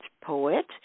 poet